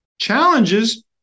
Challenges